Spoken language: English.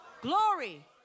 Glory